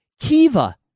Kiva